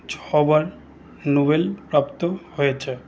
ছবার Nobel প্রাপ্ত হয়েছে